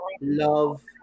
love